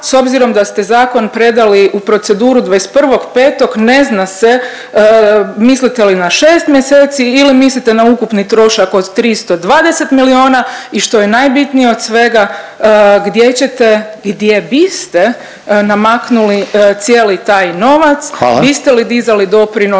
S obzirom da ste zakon predali u proceduru 21.5. ne zna se mislite li na šest mjeseci ili mislite na ukupni trošak od 320 miliona i što je najbitnije od svega gdje ćete, gdje biste namaknuli cijeli taj novac … …/Upadica Željko